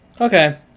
Okay